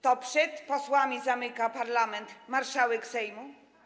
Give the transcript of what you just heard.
To przed posłami zamyka parlament marszałek Sejmu?